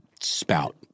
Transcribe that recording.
spout